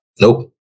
Nope